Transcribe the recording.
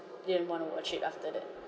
didn't want to watch it after that